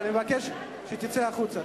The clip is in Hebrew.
אבל אני מבקש שתצא החוצה.